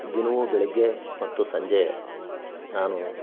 ದಿನವೂ ಬೆಳಿಗ್ಗೆ ಮತ್ತು ಸಂಜೆ ನಾನು